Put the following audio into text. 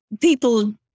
people